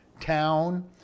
town